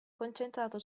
concentrato